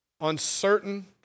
uncertain